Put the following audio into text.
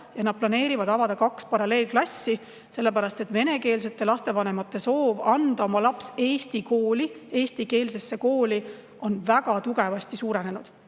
Nad planeerivad avada kaks paralleelklassi, sellepärast et venekeelsete lastevanemate soov anda oma laps eesti kooli, eestikeelsesse kooli, on väga tugevasti suurenenud.